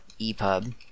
EPUB